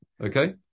Okay